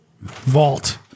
vault